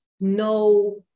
no